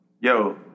yo